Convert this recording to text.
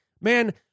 Man